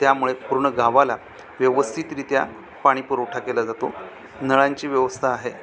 त्यामुळे पूर्ण गावाला व्यवस्थितरित्या पाणीपुरवठा केला जातो नळांची व्यवस्था आहे